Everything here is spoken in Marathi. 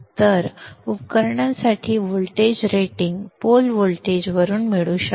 तर उपकरणांसाठी व्होल्टेज रेटिंग पोल व्होल्टेज वरून मिळू शकते